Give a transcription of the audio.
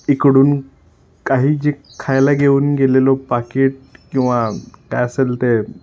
इकडून काही जे खायला घेऊन गेलेलो पाकीट किंवा काय असेल ते